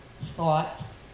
thoughts